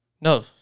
No